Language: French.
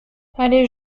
allée